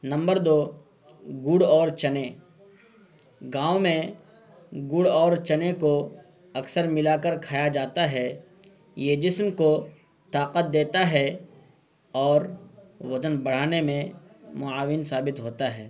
number دو گڑ اور چنے گاؤں میں گڑ اور چنے کو اکثر ملا کر کھایا جاتا ہے یہ جسم کو طاقت دیتا ہے اور وزن بڑھانے میں معاون ثابت ہوتا ہے